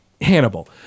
Hannibal